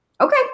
Okay